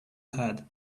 had